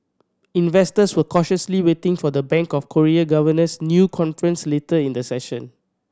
investors were cautiously waiting for the Bank of Korea governor's new conference later in the session